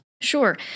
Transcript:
Sure